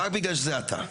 רק בגלל שזה אתה.